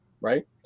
right